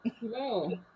hello